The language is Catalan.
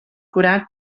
curar